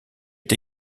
est